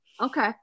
Okay